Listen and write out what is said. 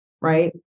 right